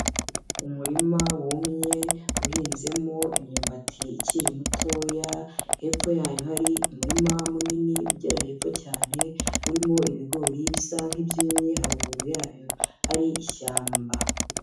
Umurima wumye, uhinzemo imyumbati ikiri mitoya, hepfo yayo hari umurima munini, ugera hepfo cyane, urimo ibigori bisa nk'ibyumye haruguru yayo hari ishyamba.